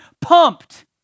pumped